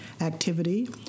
activity